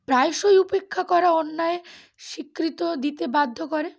প্রায়শই উপেক্ষা করা অন্যয়ে স্বীকৃত দিতে বাধ্য করে